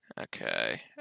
Okay